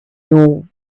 nor